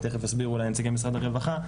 תכף יסבירו אולי נציגי משרד הרווחה,